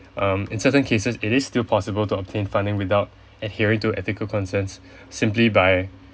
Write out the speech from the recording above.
um in certain cases it is still possible to obtain funding without adhering to ethical concerns simply by